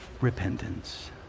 repentance